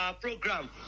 program